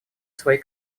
свои